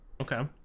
Okay